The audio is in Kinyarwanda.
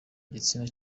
gitsina